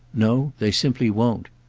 no, they simply won't.